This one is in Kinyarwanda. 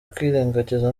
kwirengagiza